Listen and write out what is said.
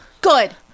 Good